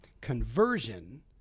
conversion